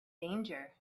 danger